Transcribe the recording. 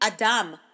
Adam